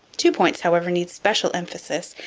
two points, however, need special emphasis,